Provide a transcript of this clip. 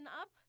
up